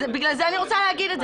בגלל זה אני רוצה להגיד את זה,